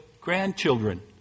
grandchildren